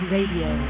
Radio